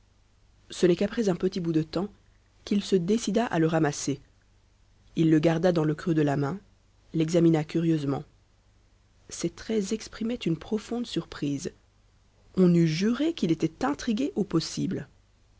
ce n'est qu'après un petit bout de temps qu'il se décida à le ramasser il le garda dans le creux de la main l'examina curieusement ses traits exprimaient une profonde surprise on eût juré qu'il était intrigué au possible